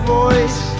voice